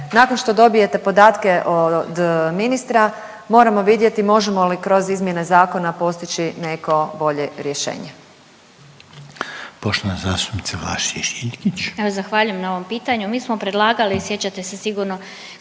Nakon što dobijete podatke od ministra, moramo vidjeti možemo li kroz izmjene zakona postići neko bolje rješenje.